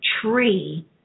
tree